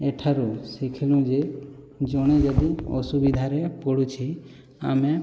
ଏଠାରୁ ଶିଖିଲୁ ଯେ ଜଣେ ଯଦି ଅସୁବିଧାରେ ପଡ଼ୁଛି ଆମେ